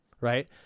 right